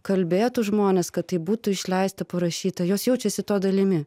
kalbėtų žmonės kad tai būtų išleista parašyta jos jaučiasi to dalimi